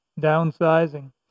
Downsizing